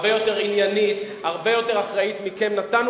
הרבה יותר עניינית והרבה יותר אחראית מכם, נתנו